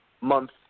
month